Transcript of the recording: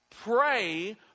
Pray